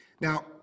Now